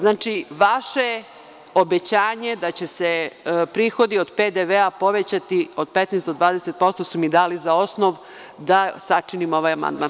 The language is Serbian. Znači, vaše obećanje da će se prihodi od PDV-a povećati od 15% do 20% su mi dali za osnov da sačinim ovaj amandman.